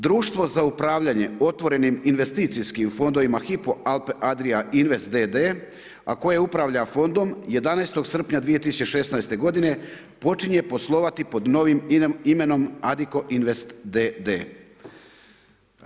Društvo za upravljanje otvorenim investicijskim fondovima Hypo Alpe Adria invest d.d., a koje upravlja Fondom, 11. srpnja 2016. godine počinje poslovati pod novim imenom Adikko invest d.d.